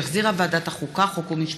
שהחזירה ועדת החוקה, חוק ומשפט.